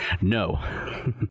No